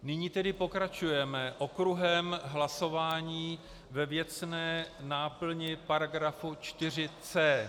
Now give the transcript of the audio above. Nyní tedy pokračujeme okruhem hlasování ve věcné náplni § 4c.